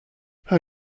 how